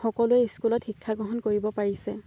সকলোৱে স্কুলত শিক্ষা গ্ৰহণ কৰিব পাৰিছে